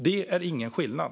Det är ingen skillnad.